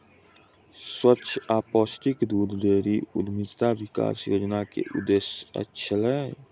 स्वच्छ आ पौष्टिक दूध डेयरी उद्यमिता विकास योजना के उद्देश्य अछि